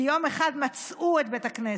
כי יום אחד מצאו את בית הכנסת.